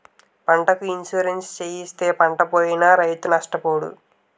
పంటకి ఇన్సూరెన్సు చేయిస్తే పంటపోయినా రైతు నష్టపోడు